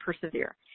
persevere